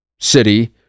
city